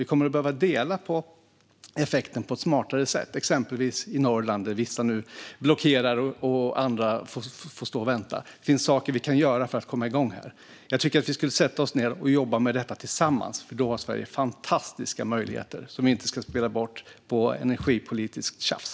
Vi kommer att behöva dela på effekten på ett smartare sätt exempelvis i Norrland, där vissa nu blockerar och andra får stå och vänta. Det finns saker vi kan göra för att komma igång. Jag tycker att vi ska sätta oss ned och jobba med detta tillsammans, för då har Sverige fantastiska möjligheter som vi inte ska spela bort på energipolitiskt tjafs.